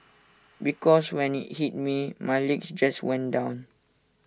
because when IT hit me my legs just went down